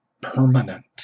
permanent